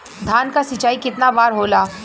धान क सिंचाई कितना बार होला?